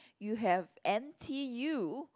you have N_t_U